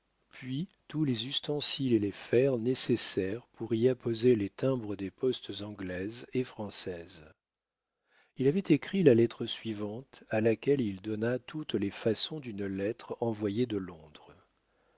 puis tous les ustensiles et les fers nécessaires pour y apposer les timbres des postes anglaise et française il avait écrit la lettre suivante à laquelle il donna toutes les façons d'une lettre envoyée de londres